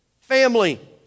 family